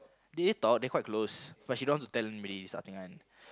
they talk they quite close but she don't want to tell anybody this sort of thing one